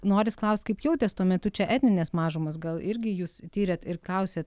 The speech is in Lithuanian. noris klaust kaip jautės tuo metu čia etninės mažumos gal irgi jūs tyrėt ir klausėt